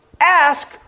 ask